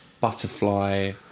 butterfly